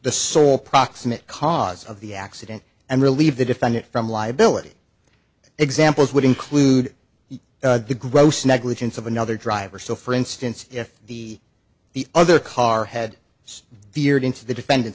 the sole proximate cause of the accident and relieve the defendant from liability examples would include the gross negligence of another driver so for instance if the the other car had veered into the defendant